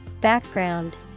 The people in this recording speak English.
Background